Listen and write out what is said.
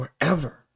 forever